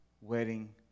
wedding